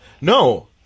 No